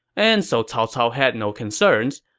and so cao cao had no concerns,